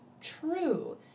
true